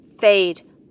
fade